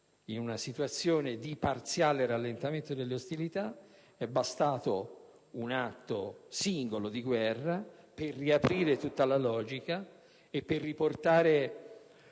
in una situazione di parziale allentamento delle ostilità, è bastato un singolo atto di guerra per riavviare tutta la logica e riportare